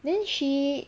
then she